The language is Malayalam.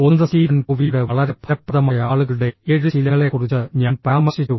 ഒന്ന്ഃ സ്റ്റീഫൻ കോവിയുടെ വളരെ ഫലപ്രദമായ ആളുകളുടെ ഏഴ് ശീലങ്ങളെക്കുറിച്ച് ഞാൻ പരാമർശിച്ചു